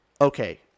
okay